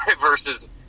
versus